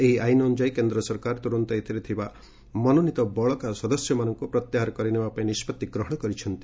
ଏହି ଆଇନ ଅନୁଯାୟୀ କେନ୍ଦ୍ର ସରକାର ତୁରନ୍ତ ଏଥିରେ ଥିବା ବଳକା ମନୋନୀତ ସଦସ୍ୟମାନଙ୍କୁ ପ୍ରତ୍ୟାହାର କରିନେବା ପାଇଁ ନିଷ୍କଭି ଗ୍ରହଣ କରିଛନ୍ତି